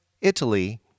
Italy